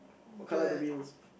what colour the views